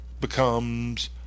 becomes